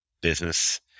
business